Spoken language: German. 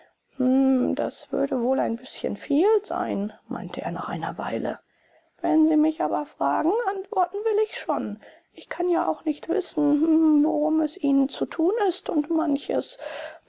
das würde wohl ein bißchen viel sein meinte er nach einer weile wenn sie mich aber fragen antworten will ich schon ich kann ja auch nicht wissen hm worum es ihnen zu tun ist und manches